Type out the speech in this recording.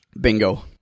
Bingo